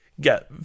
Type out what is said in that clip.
get